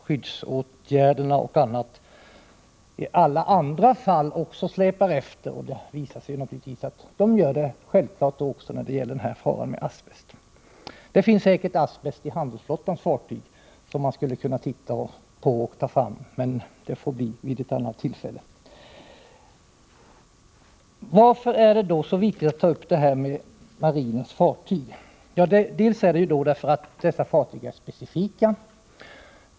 Skyddsåtgärder i alla andra fall i det sammanhanget släpar efter, och det har naturligtvis visat sig att det gäller också i fråga om asbest. Det finns säkert asbest i handelsflottan också. Det skulle man kunna titta på, men det får bli vid ett annat tillfälle. Varför är det så viktigt att ta upp marinens fartyg? Jo, dessa fartyg är specifika.